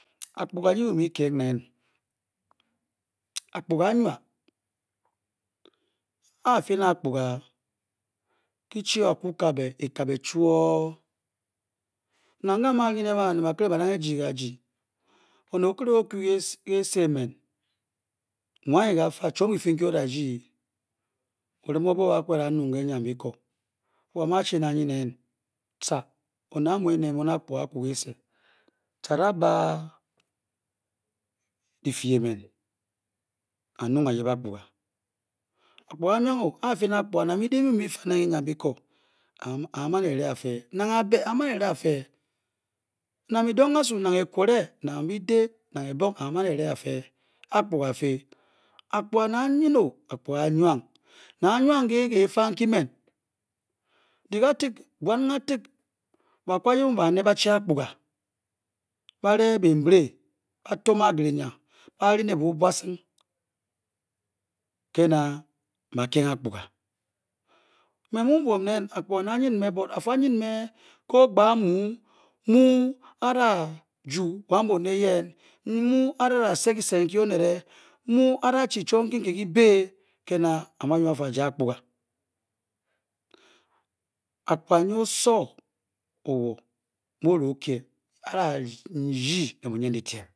Apkorga nye be may hen ne apkorga a wua a pele apkorga ona a ku kaba a gapa joor baned ba tor ba phanel ji ga ji apkorga a wank oh atube ole bade ofe le becoure na pe puna wan ka teb apa ye aina yen bachi apkorga ba le baun belle ba tor be na mbe ba fea apkorga but afar yen we ko bamu ara gu aan bonel ye pena ara ja apkorga, apkorga nye osowor key ana baned the letem